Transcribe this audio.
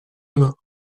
demain